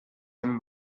will